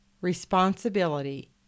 responsibility